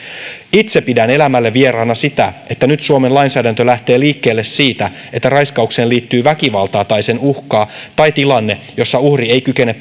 itse pidän elämälle vieraana sitä että nyt suomen lainsäädäntö lähtee liikkeelle siitä että raiskaukseen liittyy väkivaltaa tai sen uhkaa tai tilanne jossa uhri ei kykene